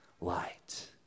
light